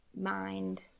mind